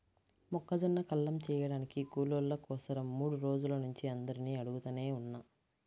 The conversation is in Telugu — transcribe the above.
మొక్కజొన్న కల్లం చేయడానికి కూలోళ్ళ కోసరం మూడు రోజుల నుంచి అందరినీ అడుగుతనే ఉన్నా